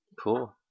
Cool